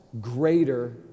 greater